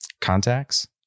contacts